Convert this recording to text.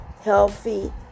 healthy